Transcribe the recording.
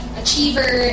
achiever